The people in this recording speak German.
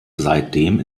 seitdem